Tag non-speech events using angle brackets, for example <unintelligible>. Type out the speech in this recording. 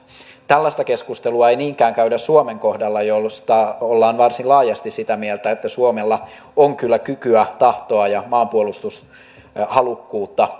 tällaista keskustelua ei niinkään käydä suomen kohdalla josta ollaan varsin laajasti sitä mieltä että suomella on kyllä kykyä tahtoa ja maanpuolustushalukkuutta <unintelligible>